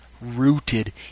rooted